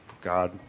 God